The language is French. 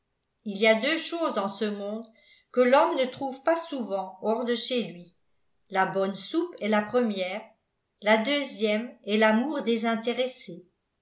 il y a deux choses en ce monde que l'homme ne trouve pas souvent hors de chez lui la bonne soupe est la première la deuxième est l'amour